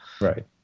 right